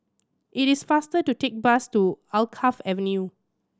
it is faster to take bus to Alkaff Avenue